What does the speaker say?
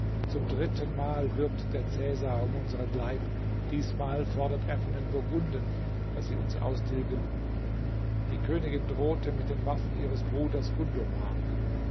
zum drittenmal wirbt der cäsar um unseren leib diesmal fordert er von den burgunden daß sie uns austilgen die königin drohte mit den waffen ihres bruders gundomar